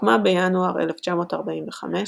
הוקמה בינואר 1945,